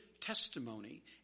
testimony